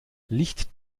licht